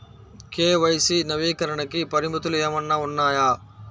KYC నవీకరణకి పరిమితులు ఏమన్నా ఉన్నాయా?